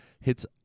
hits